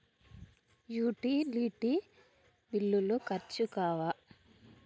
Utility బిల్లులు ఖర్చు కావా?